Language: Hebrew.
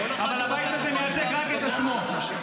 אבל הבית הזה מייצג רק את עצמו.